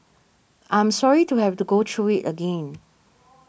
I am sorry to have to go through it again